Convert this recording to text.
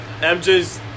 MJ's